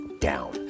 down